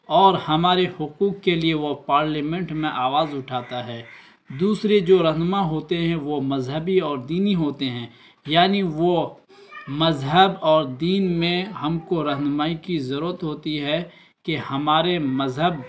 اور ہمارے حقوق کے لیے وہ پارلیمنٹ میں آواز اٹھاتا ہے دوسرے جو رہنما ہوتے ہیں وہ مذہبی اور دینی ہوتے ہیں یعنی وہ مذہب اور دین میں ہم کو رہنمائی کی ضرورت ہوتی ہے کہ ہمارے مذہب